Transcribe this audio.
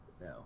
No